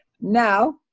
Now